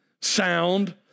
sound